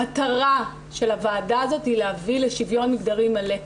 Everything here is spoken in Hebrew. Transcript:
המטרה של הוועדה הזאת היא להביא לשוויון מגדרי מלא.